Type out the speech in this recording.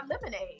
lemonade